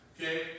Okay